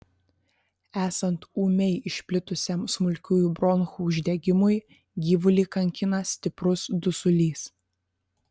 esant ūmiai išplitusiam smulkiųjų bronchų uždegimui gyvulį kankina stiprus dusulys